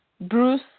Bruce